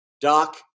Doc